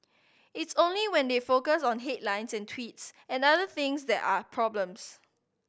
it's only when they focus on headlines and tweets and other things that are problems